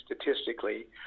statistically